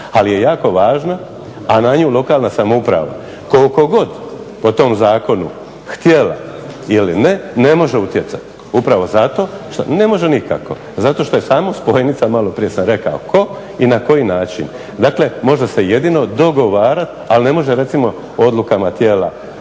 ali je jako važno a na nju lokalna samouprava koliko god po tom zakonu htjela ili ne, ne može utjecati upravo zato, ne može nikako zato što je samo spojnica, malo prije sam rekao tko i na koji način. Dakle, može se jedino dogovarati ali ne može jednostavno o odlukama tijela